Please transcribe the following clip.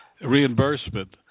reimbursement